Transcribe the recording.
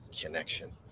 connection